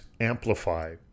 Amplify